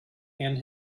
and